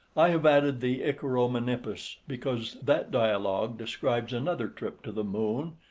i have added the icaro menippus, because that dialogue describes another trip to the moon,